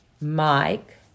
Mike